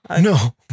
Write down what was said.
No